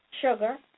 sugar